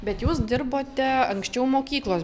bet jūs dirbote anksčiau mokyklos